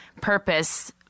purpose